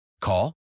Call